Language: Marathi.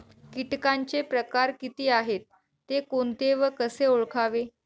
किटकांचे प्रकार किती आहेत, ते कोणते व कसे ओळखावे?